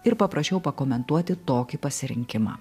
ir paprašiau pakomentuoti tokį pasirinkimą